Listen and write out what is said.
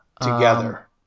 together